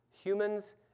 Humans